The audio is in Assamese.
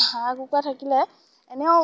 হাঁহ কুকুৰা থাকিলে এনেও